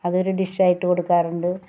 അതൊരു ഡിഷായിട്ട് കൊടുക്കാറുണ്ട്